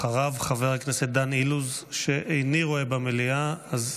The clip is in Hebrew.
אחריו, חבר הכנסת דן אילוז, שאיני רואה במליאה.